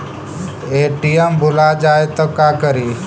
ATM भुला जाये त का करि?